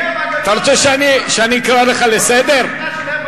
המפלגה הזאת היא האויב הגדול של הדמוקרטיה.